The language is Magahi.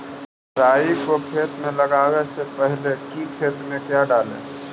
राई को खेत मे लगाबे से पहले कि खेत मे क्या डाले?